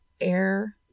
air